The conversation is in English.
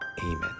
Amen